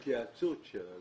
התייעצות.